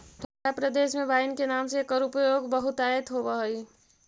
ठण्ढा प्रदेश में वाइन के नाम से एकर उपयोग बहुतायत होवऽ हइ